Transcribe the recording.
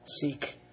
seek